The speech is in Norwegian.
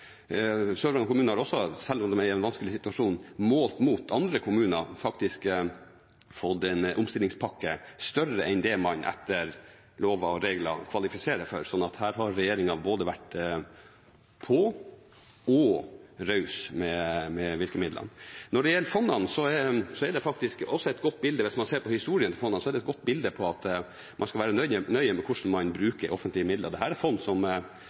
kommune har også, selv om de er i en vanskelig situasjon målt mot andre kommuner, faktisk fått en omstillingspakke som er større enn det man etter lover og regler kvalifiserer for, så her har regjeringen både vært på og vært raus med virkemidlene. Når det gjelder fondene, er det faktisk – hvis man ser på historien – et godt bilde på at man skal være nøye med hvordan man bruker offentlige midler. Dette er fond som